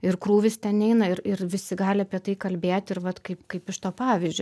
ir krūvis ten neina ir ir visi gali apie tai kalbėt ir vat kaip kaip iš to pavyzdžio